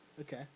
Okay